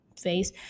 face